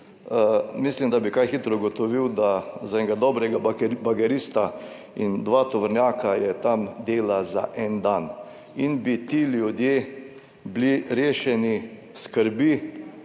mislim, da bi kaj hitro ugotovil, da za enega dobrega bagerista in dva tovornjaka je tam dela za en dan in bi ti ljudje bili rešeni skrbi